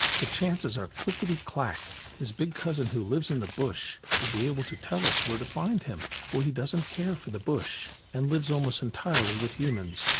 the chances are click-i-ti-clack, his big cousin who lives in the bush, will be able to tell us where to find him for he doesn't care for the bush, and lives almost entirely with humans,